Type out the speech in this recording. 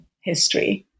history